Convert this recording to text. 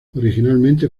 originalmente